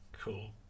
Cool